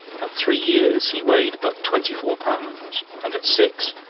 at three years he weighed but twenty-four pounds, and at six,